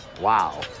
Wow